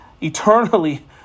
eternally